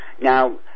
Now